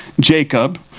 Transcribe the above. Jacob